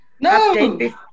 no